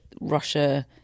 Russia